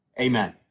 Amen